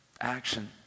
action